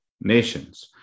nations